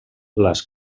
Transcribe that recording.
les